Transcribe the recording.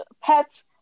pets